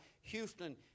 Houston